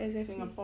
exactly